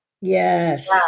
Yes